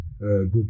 good